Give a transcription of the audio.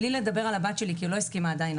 אבל בלי לדבר על הבת שלי כי היא עדיין לא הסכימה לחשוף.